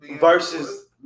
versus